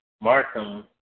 Markham